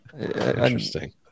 interesting